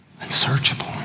Unsearchable